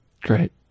Great